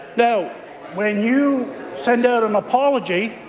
now when you send out an apology,